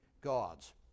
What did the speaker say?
gods